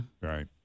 Right